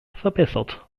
verbessert